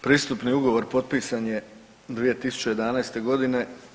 Pristupni ugovor potpisan je 2011. godine.